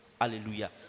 Hallelujah